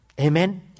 Amen